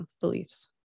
beliefs